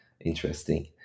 interesting